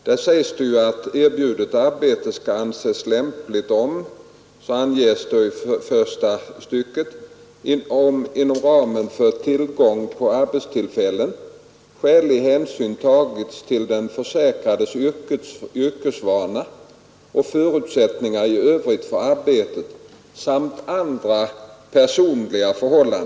Där sägs det ju i 5 § första stycket att erbjudet arbete skall anses lämpligt, om ”inom ramen för tillgången på arbetstillfällen skälig hänsyn tagits till den försäkrades yrkesvana och förutsättningar i övrigt för arbetet samt andra personliga förhållanden”.